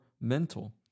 mental